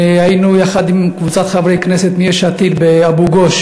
היינו יחד עם קבוצת חברי כנסת מיש עתיד באבו-גוש.